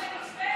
מפח נפש.